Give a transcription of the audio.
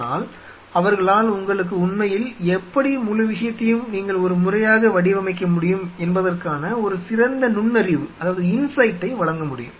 ஆனால் அவர்களால் உங்களுக்கு உண்மையில் எப்படி முழு விஷயத்தையும் நீங்கள் ஒரு முறையாக வடிவமைக்க முடியும் என்பதற்கான ஒரு சிறந்த நுண்ணறிவை வழங்க முடியும்